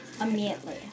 Immediately